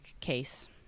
case